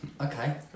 Okay